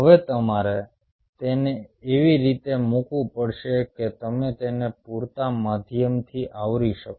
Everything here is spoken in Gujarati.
હવે તમારે તેને એવી રીતે મૂકવું પડશે કે તમે તેને પૂરતા માધ્યમથી આવરી શકો